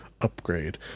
upgrade